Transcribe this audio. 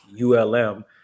ulm